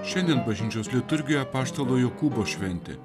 šiandien bažnyčios liturgija apaštalo jokūbo šventė